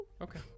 Okay